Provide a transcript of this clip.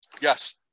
yes